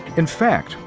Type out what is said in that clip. in fact,